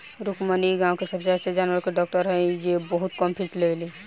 रुक्मिणी इ गाँव के सबसे अच्छा जानवर के डॉक्टर हई जे बहुत कम फीस लेवेली